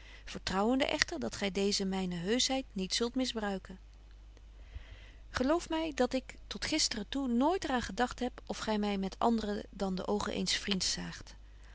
vertrouwende echter dat gy deeze myne heuschheid niet zult misbruiken geloof my dat ik tot gistren toe nooit er aan gedagt heb of gy my met andre dan de oogen eens vriends zaagt